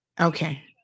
Okay